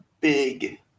big